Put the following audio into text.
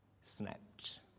snapped